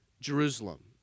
Jerusalem